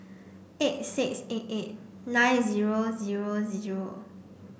eight six eight eight nine zero zero zero